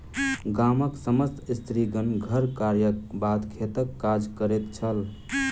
गामक समस्त स्त्रीगण घर कार्यक बाद खेतक काज करैत छल